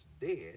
dead